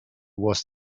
was